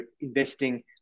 investing